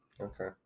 Okay